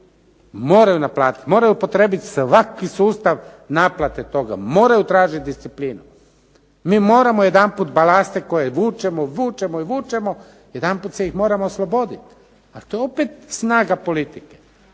Moraju naplatiti, moraju upotrijebiti svaki sustav naplate toga, moraju tražiti disciplinu. Mi moramo jedanput balaste koje vučemo i vučemo, jedanput ih se moramo osloboditi a to je opet snaga politike.